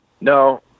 No